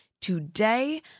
today